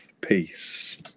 Peace